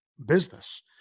business